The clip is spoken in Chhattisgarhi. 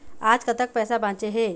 आज कतक पैसा बांचे हे?